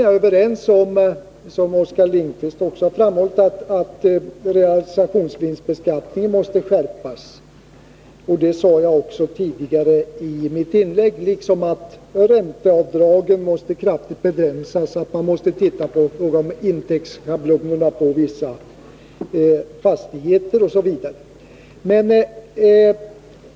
Jag håller med om att realisationsvinstbeskattningen måste skärpas, som Oskar Lindkvist också framhållit och som jag sade i mitt tidigare inlägg, liksom att ränteavdragen kraftigt måste begränsas och att man måste titta på frågan om indexschablonerna på vissa fastigheter.